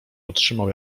otrzymał